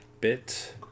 Bit